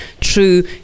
true